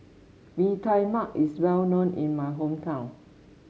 Mee Tai Mak is well known in my hometown